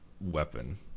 weapon